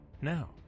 Now